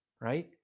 right